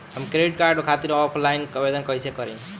हम credit card खातिर offline आवेदन कइसे करि?